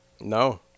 No